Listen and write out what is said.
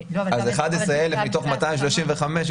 אז 11,000 מתוך 235,000,